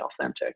authentic